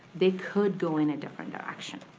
they could go in a different direction.